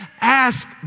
ask